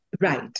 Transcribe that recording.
Right